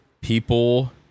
People